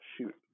shoot